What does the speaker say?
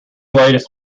latest